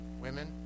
Women